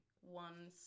one